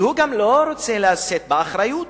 והוא גם לא רוצה לשאת באחריות